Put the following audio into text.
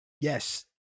Yes